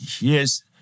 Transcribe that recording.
yes